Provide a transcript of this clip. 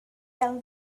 tell